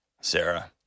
Sarah